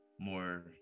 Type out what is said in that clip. more